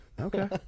Okay